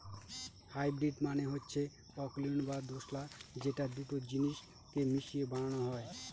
hybrid মানে হচ্ছে অকুলীন বা দোঁশলা যেটা দুটো জিনিস কে মিশিয়ে বানানো হয়